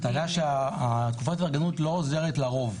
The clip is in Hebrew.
הטענה שלי היא שתקופת ההתארגנות לא עוזרת לרוב,